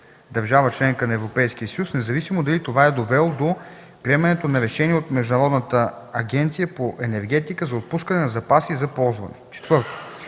държава – членка на Европейския съюз, независимо дали това е довело до приемането на решение от Международната агенция по енергетика за отпускане на запаси за ползване.